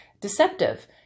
deceptive